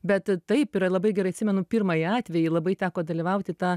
bet taip ir labai gerai atsimenu pirmąjį atvejį labai teko dalyvauti tą